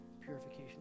purification